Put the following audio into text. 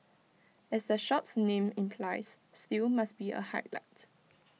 as the shop's name implies stew must be A highlight